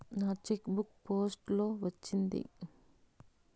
నా cheque book post లో వచ్చింది